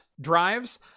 drives